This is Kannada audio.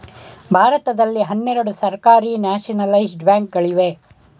ಭಾರತದಲ್ಲಿ ಹನ್ನೆರಡು ಸರ್ಕಾರಿ ನ್ಯಾಷನಲೈಜಡ ಬ್ಯಾಂಕ್ ಗಳಿವೆ